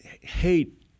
hate